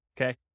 okay